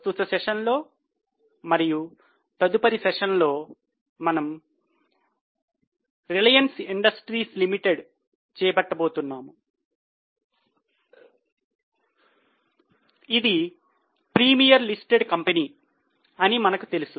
ప్రస్తుత సెషన్లో మరియు తదుపరి సెషన్లో మనము రిలయన్స్ ఇండస్ట్రీస్ లిమిటెడ్ను చేపట్టబోతున్నాం ఇది ప్రీమియర్ లిస్టెడ్ కంపెనీ అని మనకు తెలుసు